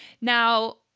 Now